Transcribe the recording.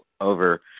over